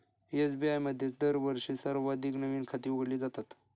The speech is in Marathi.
एस.बी.आय मध्ये दरवर्षी सर्वाधिक नवीन खाती उघडली जातात